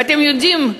ואתם יודעים,